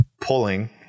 pulling